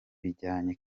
bijyanye